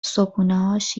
صبحونههاش